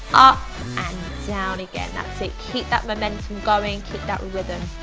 up, and down again. that's it keep that momentum going. keep that rhythm.